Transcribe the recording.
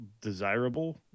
desirable